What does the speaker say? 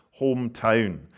hometown